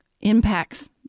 impacts